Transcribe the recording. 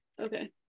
Okay